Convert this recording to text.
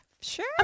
Sure